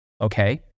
okay